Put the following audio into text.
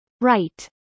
Right